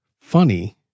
funny